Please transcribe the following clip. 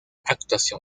actuación